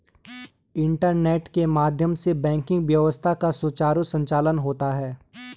internet के माध्यम से बैंकिंग व्यवस्था का सुचारु संचालन होता है